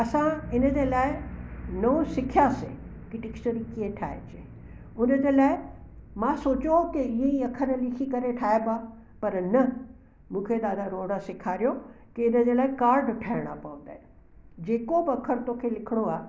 असां हिनजे लाइ नो सिखियासीं कि डिक्शनरी कीअं ठाहिजे हुनजे लाइ मां सोचियो हुओ की ईंअ ई अखर ठाहिबा पर न मूंखे दादा रोहिड़ा सेखारियो के हिनजे लाइ काड ठाहिणा पवंदा आहिनि जे को बि अखर तोखे लिखिणो आहे